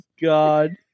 God